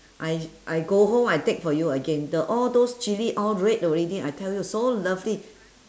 I I go home I take for you again the all those chilli all red already I tell you so lovely